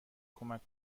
کمک